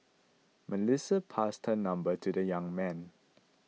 Melissa passed her number to the young man